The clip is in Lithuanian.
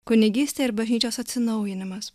kunigystė ir bažnyčios atsinaujinimas